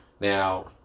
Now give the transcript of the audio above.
Now